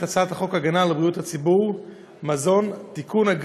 הצעת חוק הגנה על בריאות הציבור (מזון) (תיקון מס'